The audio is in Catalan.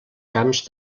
camps